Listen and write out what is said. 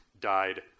died